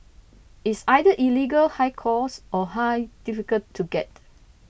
it's either illegal high cost or high difficult to get